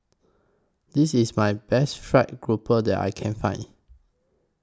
This IS My Best Fried Grouper that I Can Find